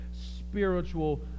spiritual